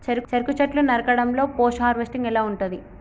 చెరుకు చెట్లు నరకడం లో పోస్ట్ హార్వెస్టింగ్ ఎలా ఉంటది?